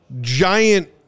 giant